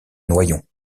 noyon